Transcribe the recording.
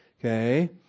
okay